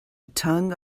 tongue